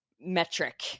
metric